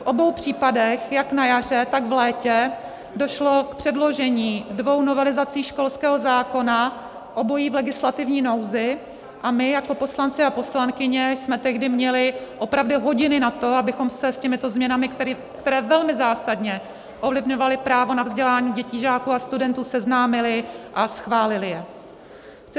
V obou případech, jak na jaře, tak v létě, došlo k předložení dvou novelizací školského zákona, obojí v legislativní nouzi, a my jako poslanci a poslankyně jsme tehdy měli opravdu hodiny na to, abychom se s těmito změnami, které velmi zásadně ovlivňovaly právo na vzdělání dětí, žáků a studentů, seznámili a schválili je.